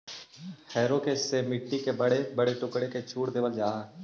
harrow से मट्टी के बड़े बड़े टुकड़ा के चूर देवल जा हई